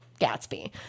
Gatsby